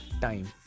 time